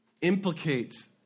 implicates